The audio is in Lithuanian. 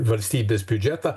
valstybės biudžetą